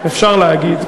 אפשר להגיד.